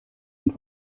und